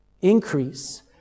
increase